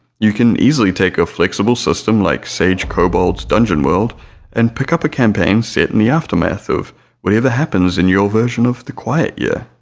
you can easily take a flexible system like sage kobold's dungeon world and pick up a campaign set in the aftermath of whatever happens in your version of the quiet yeah